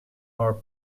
are